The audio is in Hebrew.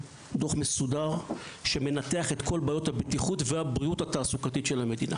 דוח מסודר שמנתח את כל בעיות הבטיחות והבריאות התעסוקתית של המדינה.